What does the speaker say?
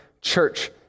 church